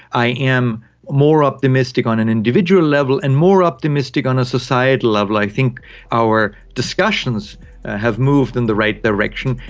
i am more optimistic on an individual level and more optimistic on a societal level. i think our discussions have moved in the right direction.